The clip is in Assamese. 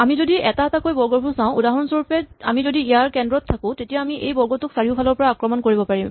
আমি যদি এটা এটাকৈ বৰ্গবোৰ চাওঁ উদাহৰণস্বৰূপে আমি যদি ইয়াৰ কেন্দ্ৰত থাকো তেতিয়া এই বৰ্গটোক চাৰিওফালৰ পৰা আক্ৰমণ কৰিব পাৰিব